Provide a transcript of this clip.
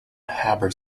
haber